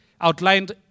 outlined